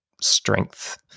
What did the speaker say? strength